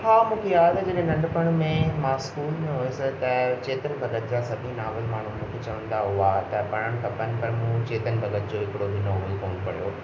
हा मूंखे यादि आहे जॾहिं नंढपण में मां स्कूल में हुउसि तंहिं चेतन भगत जा सभई नॉवल माण्हू मूंखे चवंदा हुआ त पढ़णु खपनि पर मूं चेतन भगत जो हिकिड़ो बि नॉवल कोन पढ़ियो